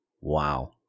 Wow